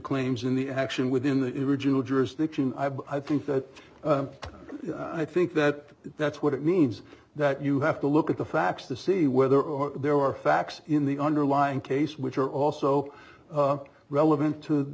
claims in the action within the original jurisdiction i think that i think that that's what it means that you have to look at the facts to see whether or there are facts in the underlying case which are also relevant to